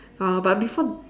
!huh! but before